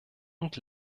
und